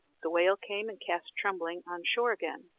the whale came and cast trembling on shore again.